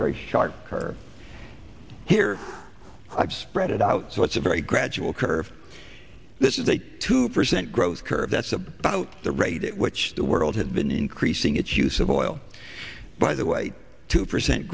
very sharp curve here i've spread it out so it's a very gradual curve this is a two percent growth curve that's about the rate at which the world had been increasing its use of oil by the way two percent